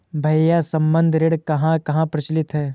भैया संबंद्ध ऋण कहां कहां प्रचलित है?